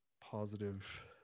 positive